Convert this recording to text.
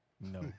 No